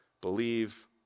believe